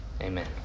Amen